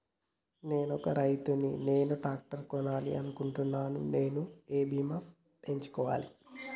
నేను ఒక రైతు ని నేను ట్రాక్టర్ కొనాలి అనుకుంటున్నాను నేను ఏ బీమా ఎంచుకోవాలి?